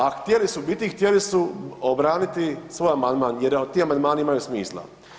A htjeli su bili i htjeli su obraniti svoj amandman jer ti amandmani imaju smisla.